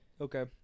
Okay